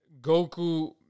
Goku